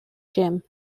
gym